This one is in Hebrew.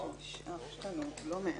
לומר הפוך.